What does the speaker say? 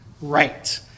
right